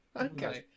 Okay